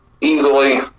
easily